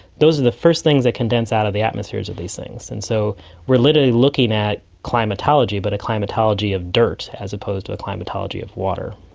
those are the first things that condense out of the atmospheres of these things, and so we are literally looking at climatology, but a climatology of dirt as opposed to a climatology of water.